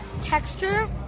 texture